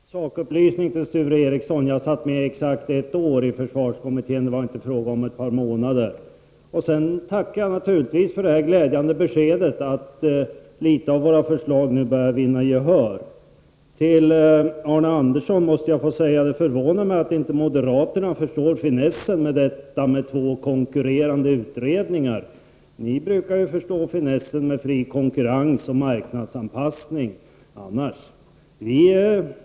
Fru talman! En sakupplysning till Sture Ericson: Jag satt med exakt ett år i försvarskommittén. Det var inte fråga om ett par månader. Jag tackar naturligtvis för det glädjande beskedet att en del av våra förslag nu börjar vinna gehör. Till Arne Andersson i Ljung måste jag säga att det förvånar mig att inte moderaterna förstår finessen med att ha två konkurrerande utredningar. Ni brukar ju förstå finessen med fri konkurrens och marknadsanpassning annars.